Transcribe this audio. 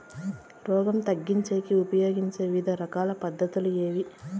రోగం తగ్గించేకి ఉపయోగించే వివిధ రకాల పద్ధతులు ఏమి?